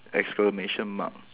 exclamation mark